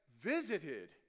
visited